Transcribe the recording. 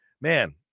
man